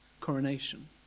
coronation